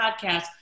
podcast